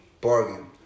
Bargain